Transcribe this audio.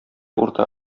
урта